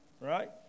Right